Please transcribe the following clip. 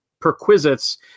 perquisites